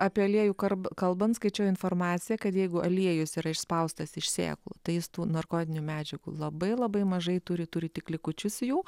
apie aliejų karb kalbant skaičiau informaciją kad jeigu aliejus yra išspaustas iš sėklų tai jis tų narkotinių medžiagų labai labai mažai turi turi tik likučius jau